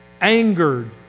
angered